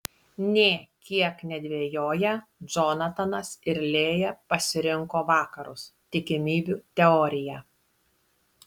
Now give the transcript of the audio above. nė kiek nedvejoję džonatanas ir lėja pasirinko vakarus tikimybių teoriją